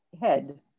head